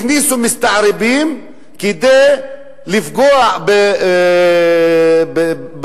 הכניסו מסתערבים כדי לפגוע בתושבים,